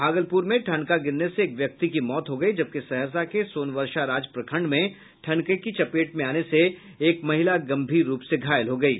भागलपुर में ठनका गिरने से एक व्यक्ति की मौत हो गयी जबकि सहरसा के सोनवर्षा राज प्रखंड में ठनका की चपेट में आने से एक महिला गम्भीर रूप से घायल हो गयी